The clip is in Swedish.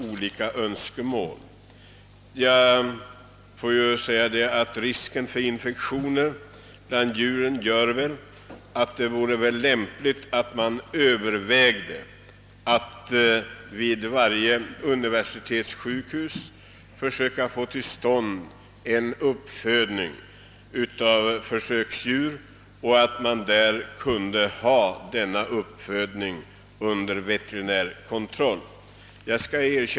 Med hänsyn till risken för infektioner bland försöksdjuren är det väl lämpligt att vid universitetssjukhusen försöka bedriva uppfödningen av försöksdjur under veterinärkontroll.